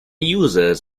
users